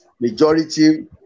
majority